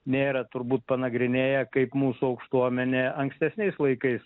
nėra turbūt panagrinėję kaip mūsų aukštuomenė ankstesniais laikais